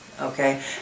okay